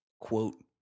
quote